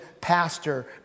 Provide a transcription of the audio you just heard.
pastor